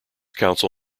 council